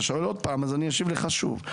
אתה שואל שוב ואני אשיב לך שוב,